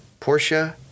Porsche